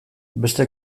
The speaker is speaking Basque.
beste